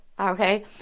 Okay